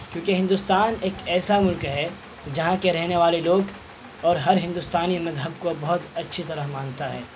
کیوںکہ ہندوستان ایک ایسا ملک ہے جہاں کے رہنے والے لوگ اور ہر ہندوستانی مذہب کو اب بہت اچھی طرح مانتا ہے